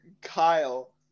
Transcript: Kyle